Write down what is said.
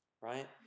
right